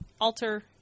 alter